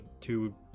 two